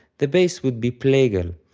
the bass would be plagal,